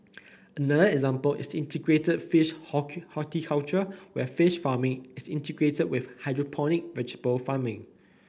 another example is integrated fish horticulture where fish farming is integrated with hydroponic vegetable farming